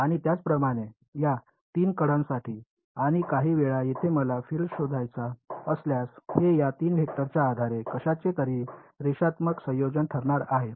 आणि त्याचप्रमाणे या 3 कडांसाठी आणि काही वेळा येथे मला फील्ड शोधायचा असल्यास हे या 3 वेक्टरच्या आधारे कशाचे तरी रेषात्मक संयोजन ठरणार आहे